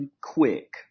quick